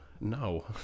No